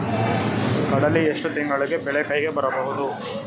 ಕಡಲಿ ಎಷ್ಟು ತಿಂಗಳಿಗೆ ಬೆಳೆ ಕೈಗೆ ಬರಬಹುದು?